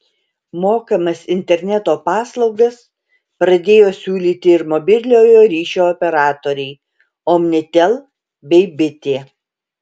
mokamas interneto paslaugas pradėjo siūlyti ir mobiliojo ryšio operatoriai omnitel bei bitė